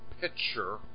picture